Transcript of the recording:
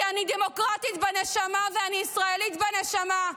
כי אני באמת דמוקרטית בנשמה ואני ישראלית בנשמה.